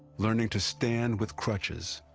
learning to stand with crutches.